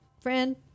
friend